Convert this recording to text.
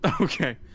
Okay